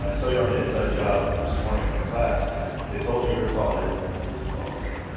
i saw you on the inside job, this morning in my class and ah they told me you were tall. i didn't think you were this tall, so